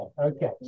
Okay